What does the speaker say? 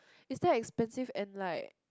is damn expensive and like